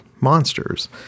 monsters